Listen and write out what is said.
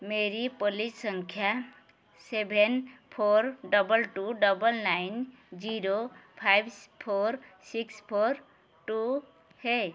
मेरी पोलिस संख्या seven four double two double nine zero five four six four two है